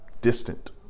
distant